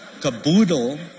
caboodle